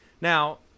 Now